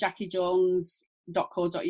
jackiejones.co.uk